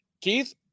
Keith